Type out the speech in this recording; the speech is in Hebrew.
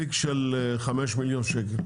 תיק של חמישה מיליון שקל,